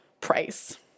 price